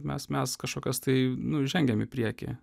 mes mes kažkokias tai nu žengiam į priekį